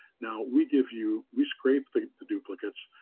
now, we give you, we scrape the the duplicates,